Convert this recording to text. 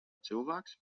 cilvēks